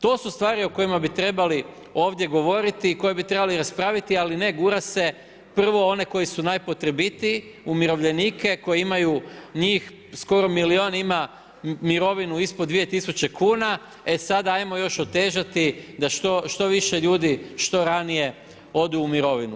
To su stvari o kojima bi trebali ovdje govoriti i koje bi trebali raspraviti, ali ne gura se prvo one koji su najpotrebitiji umirovljenike koji imaju njih skoro milijun ima mirovinu ispod 2000 kuna, e sada ajmo još otežati da što više ljudi što ranije ode u mirovinu.